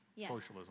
socialism